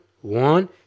one